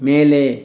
மேலே